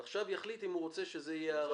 ועכשיו יחליט אם הוא רוצה שזה יהיה ערבי או לא.